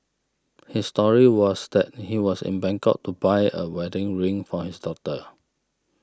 his story was that he was in Bangkok to buy a wedding ring for his daughter